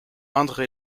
indre